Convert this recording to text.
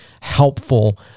helpful